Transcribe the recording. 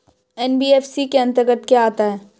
NBFC के अंतर्गत क्या आता है?